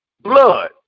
blood